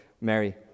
Mary